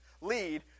lead